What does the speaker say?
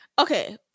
Okay